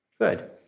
good